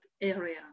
area